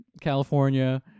California